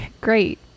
great